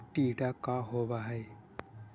टीडा का होव हैं?